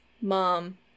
mom